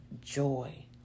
joy